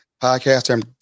podcaster